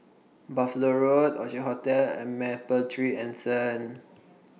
Buffalo Road Orchard Hotel and Mapletree Anson